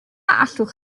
allwch